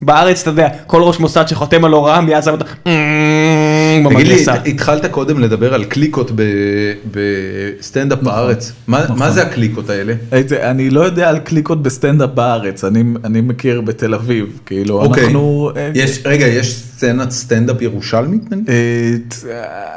בארץ אתה יודע כל ראש מוסד שחותם על הוראה. התחלת קודם לדבר על קליקות בסטנדאפ בארץ מה זה הקליקות האלה אני לא יודע על קליקות בסטנדאפ בארץ אני מכיר בתל אביב. כאילו אנחנו יש רגע יש סצנת סטנדאפ ירושלמית.